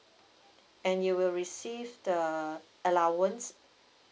and you will receive the allowance